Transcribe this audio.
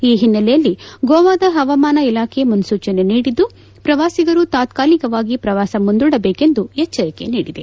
ಈ ಹಿನ್ನೆಲೆಯಲ್ಲಿ ಗೋವಾದ ಹವಾಮಾನ ಇಲಾಖೆ ಮುನ್ಸೂಚನೆ ನೀಡಿದ್ದು ಪ್ರವಾಸಿಗರು ತಾತ್ಕಾಲಿಕವಾಗಿ ಪ್ರವಾಸ ಮುಂದೂಡಬೇಕೆಂದು ಎಚ್ಚರಿಕೆ ನೀಡಿದೆ